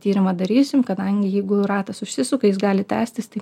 tyrimą darysim kadangi jeigu ratas užsisuka jis gali tęstis tik